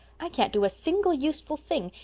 i can't do a single useful thing,